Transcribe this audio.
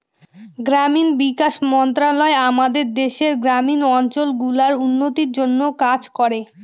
গ্রামীণ বিকাশ মন্ত্রণালয় আমাদের দেশের গ্রামীণ অঞ্চল গুলার উন্নতির জন্যে কাজ করে